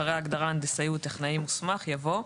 (א)אחרי ההגדרה "הנדסאי" ו"טכנאי מוסמך" יבוא: